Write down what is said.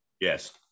Yes